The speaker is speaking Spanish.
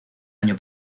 año